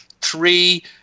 three